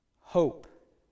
hope